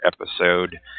episode